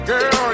Girl